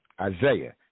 Isaiah